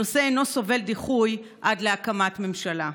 הנושא אינו סובל דיחוי עד להקמת ממשלה.